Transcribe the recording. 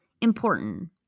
important